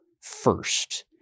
first